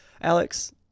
Alex